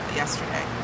yesterday